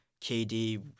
KD